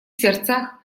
сердцах